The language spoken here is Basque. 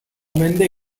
mende